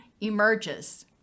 emerges